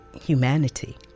humanity